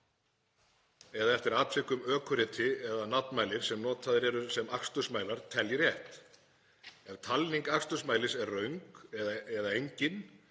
eða eftir atvikum ökuriti eða nafmælir sem notaðir eru sem akstursmælar, telji rétt. Ef talning akstursmælis er röng eða engin